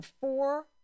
four